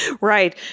Right